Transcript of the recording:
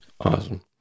Awesome